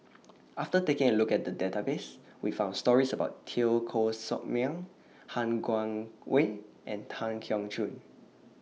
after taking A Look At The Database We found stories about Teo Koh Sock Miang Han Guangwei and Tan Keong Choon